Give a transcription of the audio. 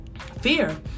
fear